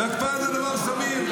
הקפאה זה דבר סביר.